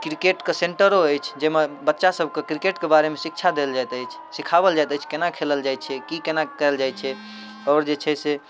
किरकेटके सेन्टरो अछि जाहिमे बच्चासभके किरकेटके बारेमे शिक्षा देल जाइत अछि सिखाएल जाइत अछि कोना खेलल जाइ छै कि कोना कएल जाइ छै आओर जे छै से